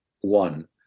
one